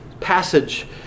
passage